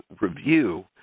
review